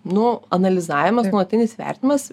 nu analizavimas nuolatinis vertinimas